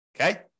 okay